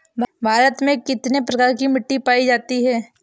भारत में कितने प्रकार की मिट्टी पाई जाती है?